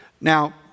Now